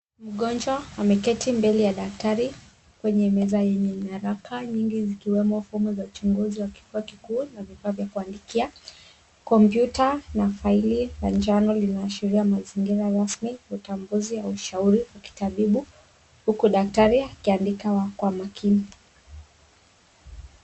Mgonjwa ameketi mbele ya daktari kwenye meza yenye nyaraka nyingi zikiwemo fomu za uchunguzi wa kikuu na vifaa vya kuandikia ,kompyuta na faili na njano linaashiria mazingira rasmi ya utambuzi au ushauri wa kitabibu huku daktari akiandika kwa makini.